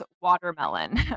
watermelon